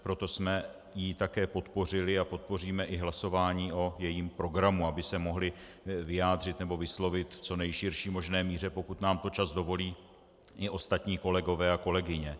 Proto jsme ji také podpořili a podpoříme i hlasování o jejím programu, aby se mohli vyjádřit či vyslovit v co nejširší možné míře, pokud nám to čas dovolí, i ostatní kolegové a kolegyně.